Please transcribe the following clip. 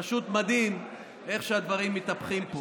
פשוט מדהים איך שהדברים מתהפכים פה.